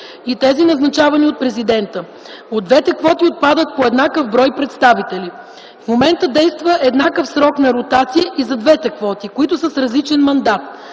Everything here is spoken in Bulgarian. и тези, назначавани от президента. От двете квоти отпадат по еднакъв брой представители. В момента действа еднакъв срок на ротация и за двете квоти, които са с различен мандат,